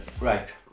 right